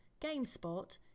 GameSpot